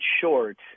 short